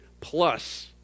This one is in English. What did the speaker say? plus